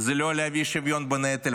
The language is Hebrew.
היא לא להביא שוויון בנטל.